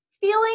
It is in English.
feeling